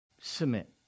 submit